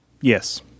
Yes